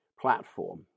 platform